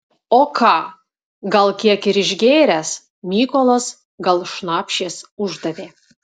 o ką gal kiek ir išgėręs mykolas gal šnapšės uždavė